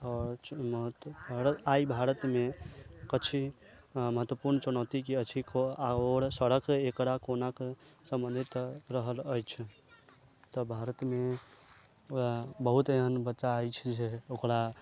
आओर चुनौत आइ भारतमे किछु महत्वपूर्ण चुनौती अछि आओर सड़क एकरा कोना कऽ सम्बन्धित रहल अछि तऽ भारतमे बहुत एहेन बच्चा अछि जे ओकरा